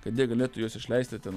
kad jie galėtų juos išleisti ten